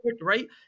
Right